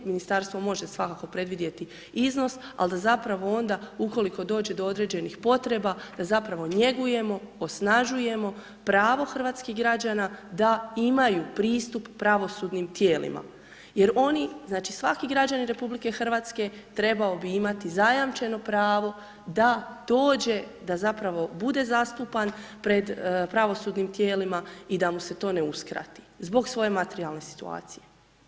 Ministarstvo može svakako predvidjeti iznos, al da zapravo onda, ukoliko dođe do određenih potreba, da zapravo njegujemo, osnažujemo pravo hrvatskih građana da imaju pristup pravosudnim tijelima jer oni, znači, svaki građanin RH trebao bi imati zajamčeno pravo da dođe, da zapravo bude zastupan pred pravosudnim tijelima i da mu se to ne uskrati zbog svoje materijalne situacije.